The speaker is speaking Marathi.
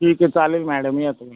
ठीक आहे चालेल मॅडम या तुम्ही